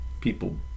People